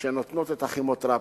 שנותנות את הכימותרפיה,